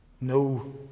no